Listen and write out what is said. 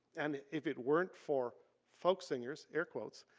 and if it weren't for folk singers, air quotes,